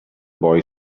boy